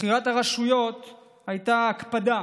בבחירת הרשויות הייתה הקפדה